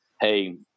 Hey